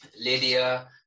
Lydia